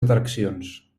atraccions